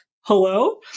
hello